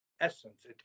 essence